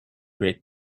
great